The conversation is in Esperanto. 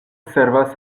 servas